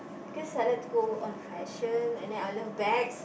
because I like to go on fashion and then I love bags